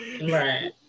Right